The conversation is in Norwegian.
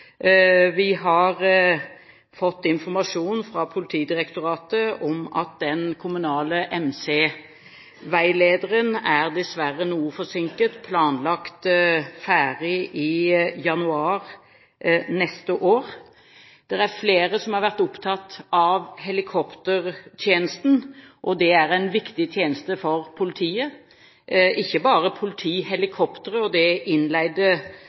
Vi har fått informasjon fra Politidirektoratet om at den kommunale MC-veilederen dessverre er noe forsinket – planlagt ferdig i januar neste år. Det er flere som har vært opptatt av helikoptertjenesten. Det er en viktig tjeneste for politiet, ikke bare politihelikopteret og det